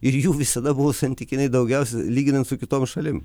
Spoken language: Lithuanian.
ir jų visada buvo santykinai daugiausia lyginant su kitom šalim